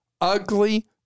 ugly